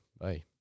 Bye